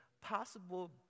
possible